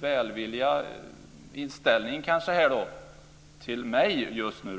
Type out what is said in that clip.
välvilliga inställning till mig just nu.